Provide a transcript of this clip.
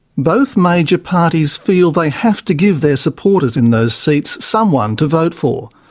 both major parties feel they have to give their supporters in those seats someone to vote for.